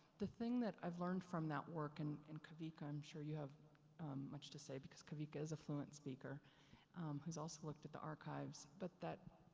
the thing that i've learned from that work and, and kawika, i'm sure you have much to say because kawika is a fluent speaker whose also looked at the archives. but that,